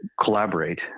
collaborate